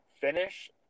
finish